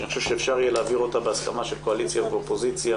שאני חושב שאפשר יהיה להעביר אותה בהסכמה של קואליציה ואופוזיציה,